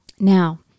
Now